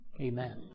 Amen